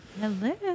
Hello